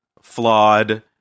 flawed